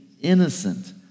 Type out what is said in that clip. innocent